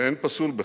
ואין פסול בכך.